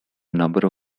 number